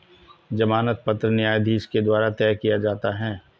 जमानत पत्र न्यायाधीश के द्वारा तय किया जाता है